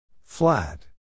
Flat